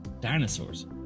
Dinosaurs